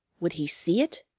would he see it,